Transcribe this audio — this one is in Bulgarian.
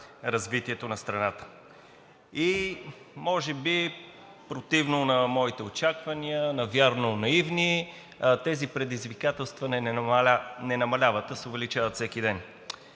развитието на страната. И може би противно на моите очаквания – навярно наивни, тези предизвикателства не намаляват, а се увеличават всеки ден.